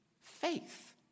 faith